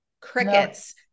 crickets